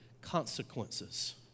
consequences